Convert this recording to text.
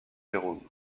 jérôme